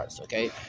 Okay